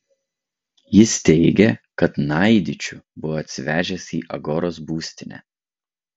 jis teigė kad naidičių buvo atsivežęs į agoros būstinę